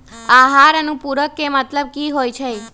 आहार अनुपूरक के मतलब की होइ छई?